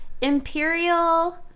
Imperial